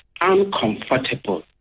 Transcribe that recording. uncomfortable